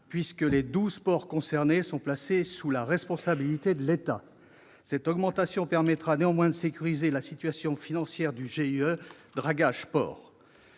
puisque les douze ports concernés sont placés sous la responsabilité de l'État. Cette augmentation permettra néanmoins de sécuriser la situation financière du GIE Dragages-ports.